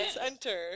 enter